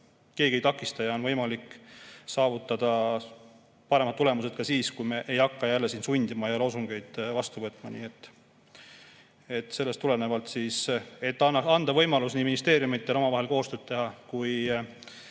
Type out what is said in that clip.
keegi ei takista ja on võimalik saavutada paremad tulemused ka siis, kui me ei hakka jälle sundima ja loosungeid vastu võtma. Sellest tulenevalt, et anda võimalus nii ministeeriumidel omavahel koostööd teha kui